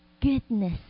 Goodness